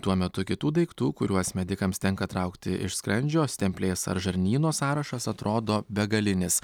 tuo metu kitų daiktų kuriuos medikams tenka traukti iš skrandžio stemplės ar žarnyno sąrašas atrodo begalinis